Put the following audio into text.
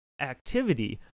activity